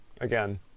again